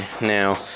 now